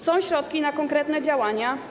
Są środki na konkretne działania.